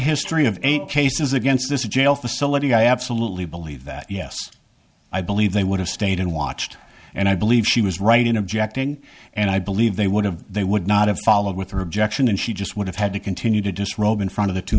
history of eight cases against this jail facility i absolutely believe that yes i believe they would have stayed and watched and i believe she was right in objecting and i believe they would have they would not have followed with her objection and she just would have had to continue to disrobe in front of the two